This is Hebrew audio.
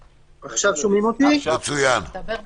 ערב שבת ומוצאי שבת זה הרבה